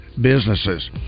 businesses